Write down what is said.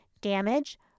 damage